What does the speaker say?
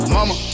Mama